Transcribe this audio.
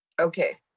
Okay